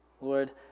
Lord